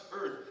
earth